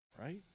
right